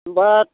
होनबा